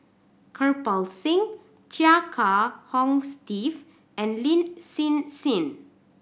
Kirpal Singh Chia Kiah Hong Steve and Lin Hsin Hsin